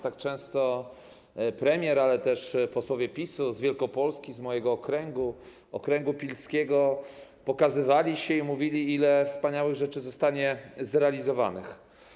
Tak często premier, ale też posłowie PiS-u z Wielkopolski, z mojego okręgu, okręgu pilskiego, pokazywali się i mówili, ile wspaniałych rzeczy zostanie zrealizowanych.